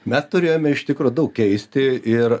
mes turėjome iš tikro daug keisti ir